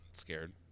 scared